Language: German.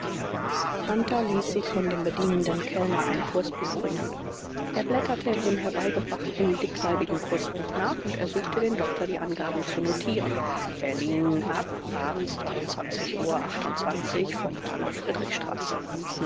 hunter ließ sich von dem bedienenden kellner ein kursbuch bringen er blätterte in dem herbeigebrachten dickleibigen kursbuch nach und ersuchte den doktor die angaben zu notieren berlin ab abends dreiundzwanzig uhr achtundzwanzig vom bahnhof friedrichstraße